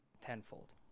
tenfold